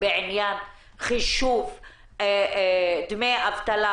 בעניין חישוב דמי האבטלה,